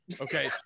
Okay